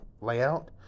layout